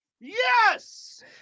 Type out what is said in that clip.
Yes